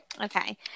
Okay